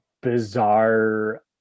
bizarre